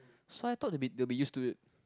so I thought they'll be they'll be used to it